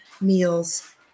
meals